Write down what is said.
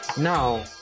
Now